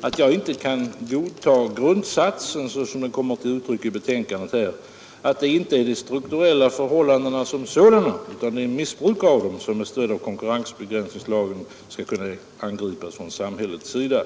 att jag inte kan godta grundsatsen såsom den kommer till uttryck i betänkandet, att det inte är de strukturella förhållandena som sådana utan missbruk av dem som med stöd av konkurrensbegränsningslagen skall kunna angripas från samhällets sida.